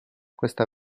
questa